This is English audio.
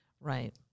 Right